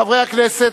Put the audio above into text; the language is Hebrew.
חברי הכנסת,